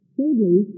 Thirdly